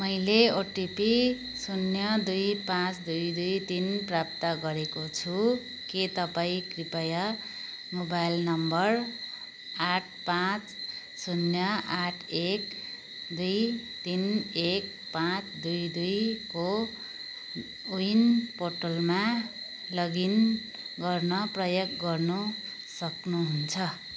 मेलै ओटिपी शून्य दुई पाँच दुई दुई तिन प्राप्त गरेको छु के तपाईँ कृपया मोबाइल नम्बर आठ पाँच शून्य आठ एक दुई तिन एक पाँच दुई दुईको को विन पोर्टलमा लगइन गर्न प्रयोग गर्नु सक्नुहुन्छ